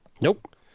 nope